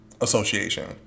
association